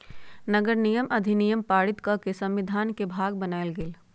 नगरनिगम अधिनियम पारित कऽ के संविधान के भाग बनायल गेल